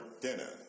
dinner